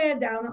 down